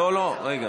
לא, לא, רגע,